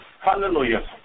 Hallelujah